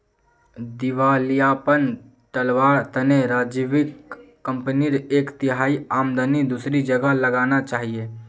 दिवालियापन टलवार तने राजीवक कंपनीर एक तिहाई आमदनी दूसरी जगह लगाना चाहिए